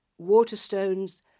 Waterstones